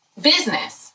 business